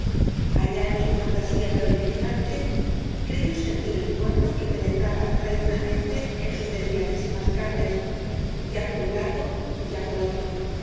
allá en su fantasía febricitante creyó sentir el cuerno que penetraba traidoramente en sus delicadísimas car nes ya por un lado ya por otro